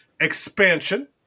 expansion